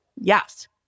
yes